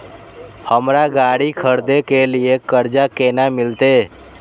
हमरा गाड़ी खरदे के लिए कर्जा केना मिलते?